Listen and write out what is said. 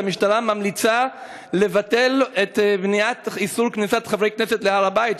שהמשטרה ממליצה לבטל את איסור כניסת חברי כנסת להר-הבית?